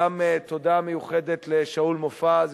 תודה מיוחדת גם לשאול מופז,